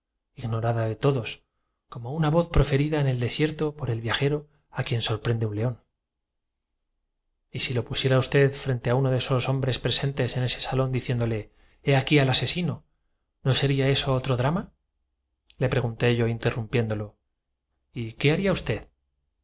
ignorada de todos como una voz proferida cendido o pálido el otro tiembla con frecuencia el victimario es tan en el desierto por el viajero a quien sorprende un león cobarde como la víctima porque pocos tienen el valor de causar un y si lo pusiesen usted frente de los hombres presentes a a uno mal aun necesario y muchos se callan o perdonan por aborrecer el en este salón diciéndole he aquí al asesino no sería eso otro dra escándalo o temerosos de un trágico desenlace esta intususcepción de ma le pregunté yo interrumpiéndolo y qué haría usted